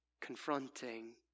confronting